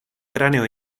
cráneo